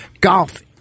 Golf